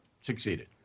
succeeded